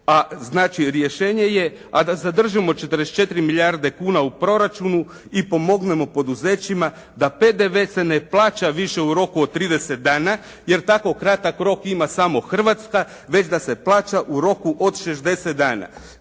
a znači rješenje je, a da zadržimo 44 milijarde kuna u proračunu i pomognemo poduzećima da PDV se ne plaća više u roku od 30 dana jer tako kratak rok ima samo Hrvatska već da se plaća u roku od 60 dana.